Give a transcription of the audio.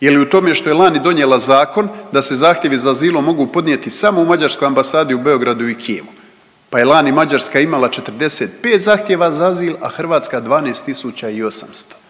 Je li u tome što je lani donijela zakon da se zahtjevi za azilom mogu podnijeti samo u Mađarskoj ambasadi u Beogradu i Kijevu? Pa je lani Mađarska imala 45 zahtjeva za azil, a Hrvatska 12.800,